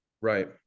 right